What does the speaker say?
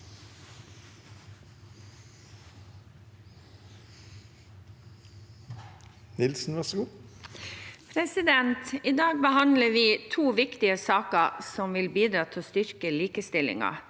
I dag behandler vi to viktige saker som vil bidra til å styrke likestillingen.